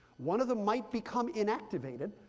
one of them might become inactivated,